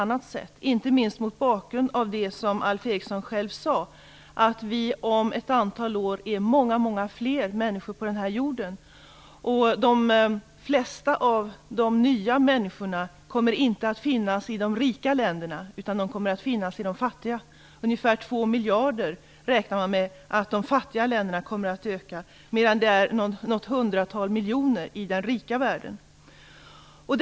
Inte minst gäller detta mot bakgrund av det som Alf Eriksson själv sade; att vi om ett antal år kommer att vara många, många fler människor på jorden. De flesta av de nya människorna kommer inte att finnas i de rika länderna utan i de fattiga. Man räknar med att ökningen i de fattiga länderna kommer att bli ungefär två miljarder, medan det i den rika världen handlar om något hundratal miljoner.